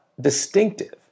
distinctive